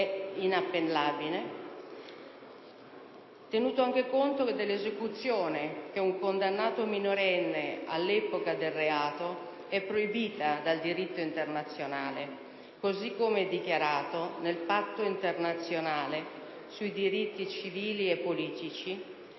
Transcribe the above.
è inappellabile. L'esecuzione di un condannato che fosse minorenne all'epoca del reato è proibita dal diritto internazionale, così come dichiarato nel Patto internazionale sui diritti civili e politici